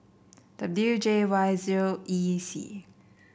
W J Y zero E C